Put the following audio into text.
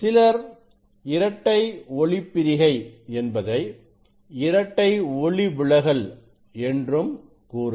சிலர் இரட்டை ஒளிப்பிரிகை என்பதை இரட்டை ஒளிவிலகல் என்றும் கூறுவர்